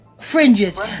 Fringes